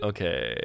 Okay